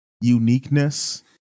uniqueness